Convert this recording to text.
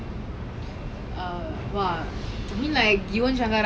honestly I think we should just do tamil songs like nothing can beat tamil songs lah honestly